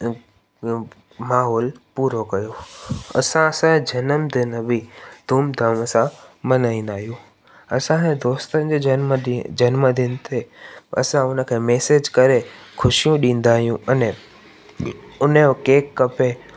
माहौल पूरो कयो असां असांजा जनमदिन बि धूमधाम सां मनाईंदा आहियूं असांजे दोस्तनि जे जनमॾींहुं जनमदिन ते असां उनखे मैसेज करे खुशियूं ॾींदा आहियूं अने उनजो केक कपे